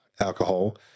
alcohol